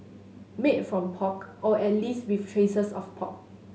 made from pork or at least with traces of pork